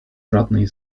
żadnej